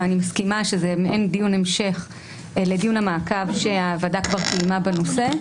אני מסכימה שזה מעין דיון המשך לדיון המעקב שהוועדה כבר קיימה בנושא.